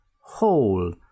Whole